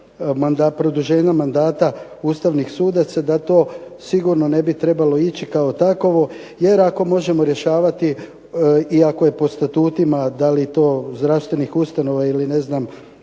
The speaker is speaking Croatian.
produženja mandata ustavnih sudaca da to sigurno ne bi trebalo ići kao takvo, jer ako možemo rješavati i ako po statutima, da li to zdravstvenih ustanova ili